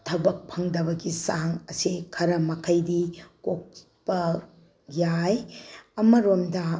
ꯊꯕꯛ ꯐꯪꯗꯕꯒꯤ ꯆꯥꯡ ꯑꯁꯤ ꯈꯔ ꯃꯈꯩꯗꯤ ꯀꯣꯛꯄ ꯌꯥꯏ ꯑꯃꯔꯣꯝꯗ